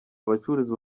abacuruzi